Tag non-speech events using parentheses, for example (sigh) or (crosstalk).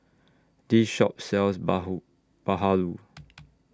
This Shop sells (unintelligible) Bahulu